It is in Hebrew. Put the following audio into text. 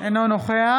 אינו נוכח